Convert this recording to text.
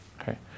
okay